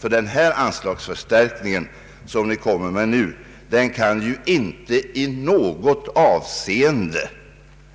Ty denna anslagsförstärkning kan ju inte i något avseende